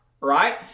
right